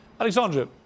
Alexandra